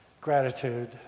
gratitude